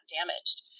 damaged